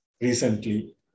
recently